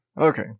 okay